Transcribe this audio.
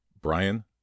Brian